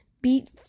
beat